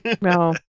No